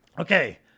Okay